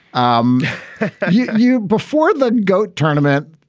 um you you before the goat tournament,